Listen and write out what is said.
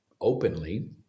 openly